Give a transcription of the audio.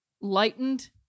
lightened